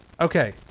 okay